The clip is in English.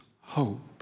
hope